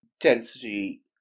density